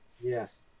Yes